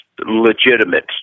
legitimate